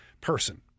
person